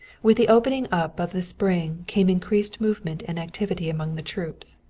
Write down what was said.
with the opening up of the spring came increased movement and activity among the troops.